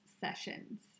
sessions